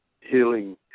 healing